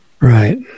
Right